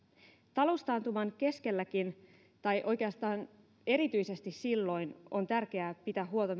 taloustaantuman keskelläkin tai oikeastaan erityisesti silloin on tärkeää pitää huolta